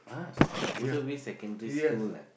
!huh! Bedok-View-Secondary-School ah